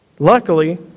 Luckily